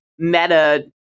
Meta